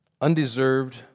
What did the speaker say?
undeserved